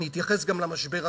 אני אתייחס גם למשבר הזה,